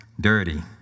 dirty